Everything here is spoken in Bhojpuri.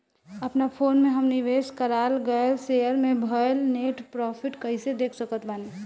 अपना फोन मे हम निवेश कराल गएल शेयर मे भएल नेट प्रॉफ़िट कइसे देख सकत बानी?